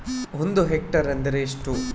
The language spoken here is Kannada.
ಒಂದು ಹೆಕ್ಟೇರ್ ಎಂದರೆ ಎಷ್ಟು?